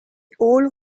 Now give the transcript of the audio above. all